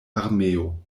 armeo